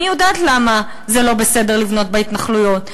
אני יודעת למה זה לא בסדר לבנות בהתנחלויות,